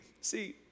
See